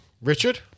Richard